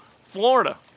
Florida